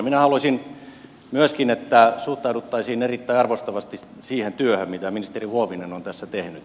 minä haluaisin myöskin että suhtauduttaisiin erittäin arvostavasti siihen työhön mitä ministeri huovinen on tässä tehnyt